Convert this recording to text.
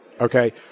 Okay